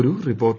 ഒരു റിപ്പോർട്ട്